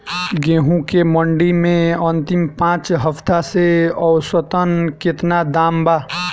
गेंहू के मंडी मे अंतिम पाँच हफ्ता से औसतन केतना दाम बा?